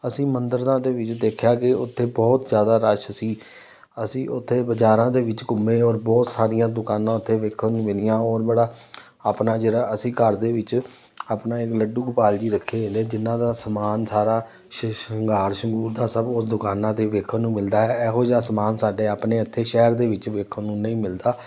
ਅਸੀਂ ਮੰਦਰਾਂ ਦੇ ਵਿੱਚ ਦੇਖਿਆ ਕਿ ਉੱਥੇ ਬਹੁਤ ਜ਼ਿਆਦਾ ਰਸ਼ ਸੀ ਅਸੀਂ ਉੱਥੇ ਬਜ਼ਾਰਾਂ ਦੇ ਵਿੱਚ ਘੁੰਮੇ ਔਰ ਬਹੁਤ ਸਾਰੀਆਂ ਦੁਕਾਨਾਂ ਉੱਥੇ ਵੇਖਣ ਨੂੰ ਮਿਲੀਆਂ ਔਰ ਬੜਾ ਆਪਣਾ ਜਿਹੜਾ ਅਸੀਂ ਘਰ ਦੇ ਵਿੱਚ ਆਪਣਾ ਇਹ ਲੱਡੂ ਗੋਪਾਲ ਜੀ ਰੱਖੇ ਹੋਏ ਨੇ ਜਿਨ੍ਹਾਂ ਦਾ ਸਮਾਨ ਸਾਰਾ ਸ਼ਿੰਗਾਰ ਸ਼ਿੰਗੁਰ ਦਾ ਸਭ ਉਹ ਦੁਕਾਨਾਂ 'ਤੇ ਵੇਖਣ ਨੂੰ ਮਿਲਦਾ ਹੈ ਇਹੋ ਜਿਹਾ ਸਮਾਨ ਸਾਡੇ ਆਪਣੇ ਇੱਥੇ ਸ਼ਹਿਰ ਦੇ ਵਿੱਚ ਵੇਖਣ ਨੂੰ ਨਹੀਂ ਮਿਲਦਾ